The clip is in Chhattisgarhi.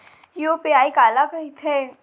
यू.पी.आई काला कहिथे?